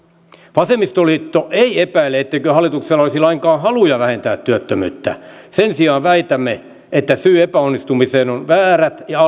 vasemmistoliitto ei epäile etteikö hallituksella olisi lainkaan haluja vähentää työttömyyttä sen sijaan väitämme että syy epäonnistumiseen ovat väärät ja